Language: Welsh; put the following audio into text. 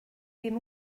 ddim